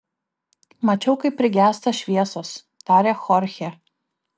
mačiau kaip prigęsta šviesos tarė chorchė